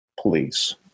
police